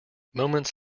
moments